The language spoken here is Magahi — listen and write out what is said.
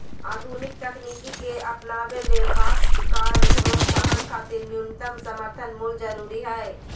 आधुनिक तकनीक के अपनावे ले काश्तकार प्रोत्साहन खातिर न्यूनतम समर्थन मूल्य जरूरी हई